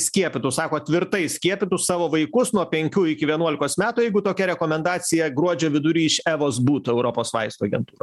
skiepytų sako tvirtai skiepytų savo vaikus nuo penkių iki vienuolikos metų jeigu tokia rekomendacija gruodžio vidury iš evos būtų europos vaistų agentūra